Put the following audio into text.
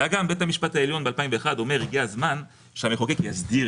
בית המשפט העליון ב-2001 אמר שהגיע הזמן שהמחוקק יסדיר